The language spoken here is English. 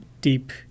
deep